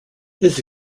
his